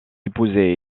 épousé